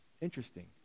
Interesting